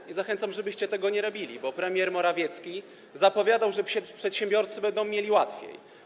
I zachęcam, żebyście tego nie robili, bo premier Morawiecki zapowiadał, że przedsiębiorcy będą mieli łatwiej.